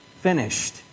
finished